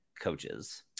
coaches